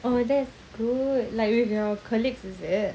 oh that's good like with your colleagues is it